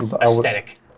aesthetic